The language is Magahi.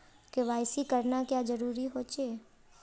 के.वाई.सी करना क्याँ जरुरी होचे?